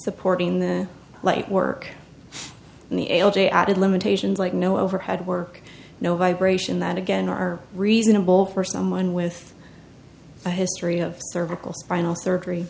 supporting the light work and the a l j added limitations like no overhead work no vibration that again are reasonable for someone with a history of cervical spinal surgery